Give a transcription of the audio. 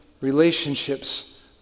relationships